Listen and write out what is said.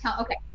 okay